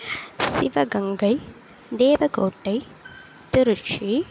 Sivaganga Devakottai Trichy